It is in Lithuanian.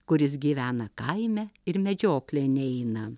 kuris gyvena kaime ir medžioklėn eina